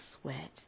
sweat